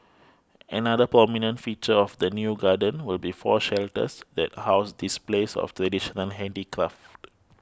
another prominent feature of the new garden will be four shelters that house displays of traditional handicraft